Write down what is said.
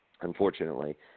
unfortunately